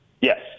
Yes